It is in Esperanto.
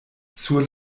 sur